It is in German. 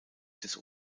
des